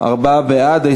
ארבעה בעד.